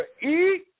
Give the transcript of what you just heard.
eat